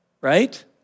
right